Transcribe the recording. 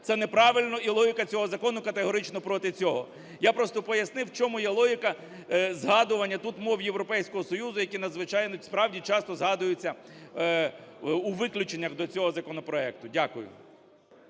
це неправильно, і логіка цього закону категорично проти цього. Я просто пояснив, в чому є логіка згадування тут мов Європейського Союзу, які надзвичайно, справді, часто згадуються у виключеннях до цього законопроекту. Дякую.